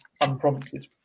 unprompted